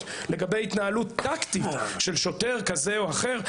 לגבי התנהלות טקטית של שוטר כזה או אחר,